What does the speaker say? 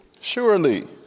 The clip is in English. surely